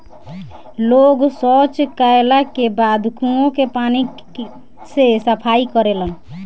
लोग सॉच कैला के बाद कुओं के पानी से सफाई करेलन